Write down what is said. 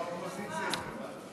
מהאופוזיציה,